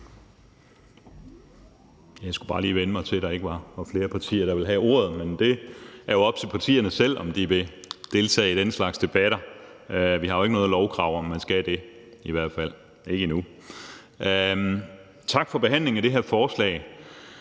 under behandlingen af det her forslag.